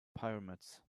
pyramids